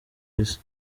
isi